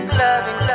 loving